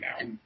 now